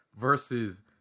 versus